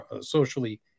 socially